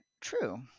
true